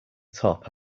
top